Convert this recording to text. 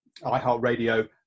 iHeartRadio